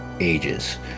ages